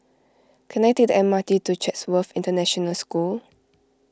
can I take the M R T to Chatsworth International School